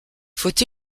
faut